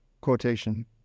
quotation